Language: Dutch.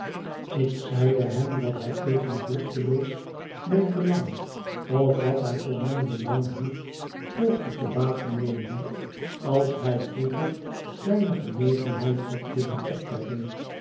ik zeide hem dat hij even vruchteloos mijn belang of wat hij voor mijn belang hield poogde te baat te nemen als hij vroeger mijne genegenheid had willen opwekken